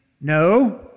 No